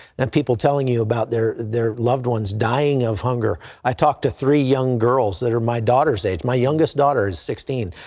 and people telling you about their their loved ones dying of hunger. i talked to three young girls that are my daughter's age. my youngest daughter is sixteen.